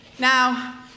Now